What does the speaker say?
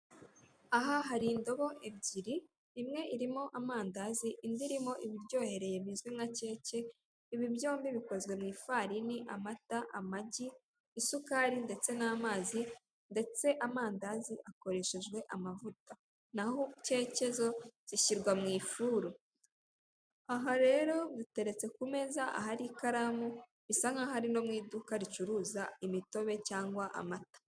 Aha hari indobo ebyiri, imwe irimo amandazi indi irimo ibiryohereye bizwi nka keke, ibi byombi bikozwe mu ifarini, amata, amagi, isukari ndetse n'amazi, ndetse amandazi akoreshejwe amavuta n'aho keke zo zishyirwa mu ifuru, aha rero biteretse ku meza ahari ikaramu bisa nkaho ari no mu iduka ricuruza imitobe cyangwa amata.